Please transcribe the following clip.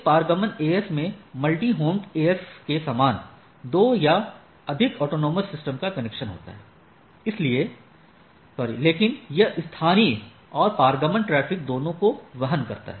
एक पारगमन AS में मल्टी होम AS के समान 2 या अधिक ऑटॉनमस सिस्टम का कनेक्शन होता है लेकिन यह स्थानीय और पारगमन ट्रैफिक दोनों को वहन करता है